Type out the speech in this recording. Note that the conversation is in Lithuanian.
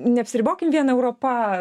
neapsiribokim vien europa